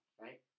right